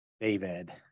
David